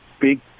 big